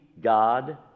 God